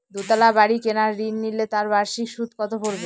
দুতলা বাড়ী কেনার ঋণ নিলে তার বার্ষিক সুদ কত পড়বে?